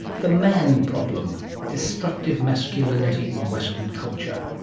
the man problem destructive masculinity in western culture.